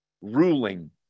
ruling